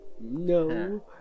No